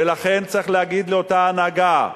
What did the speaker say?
ולכן צריך להגיד לאותה הנהגה: